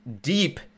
deep